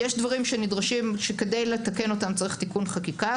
יש דברים שכדי לתקן אותם צריך תיקון חקיקה,